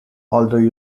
although